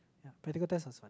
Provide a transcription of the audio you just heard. practical tests